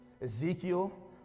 Ezekiel